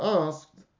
asked